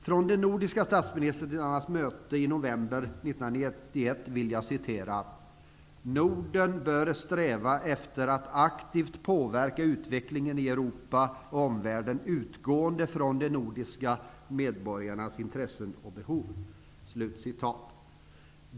Från de nordiska statsministrarnas möte i november 1991 vill jag citera: ''Norden bör sträva efter att aktivt påverka utvecklingen i Europa och omvärlden utgående från de nordiska medborgarnas intressen och behov.''